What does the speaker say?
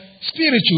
spiritual